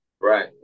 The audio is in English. right